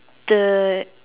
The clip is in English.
the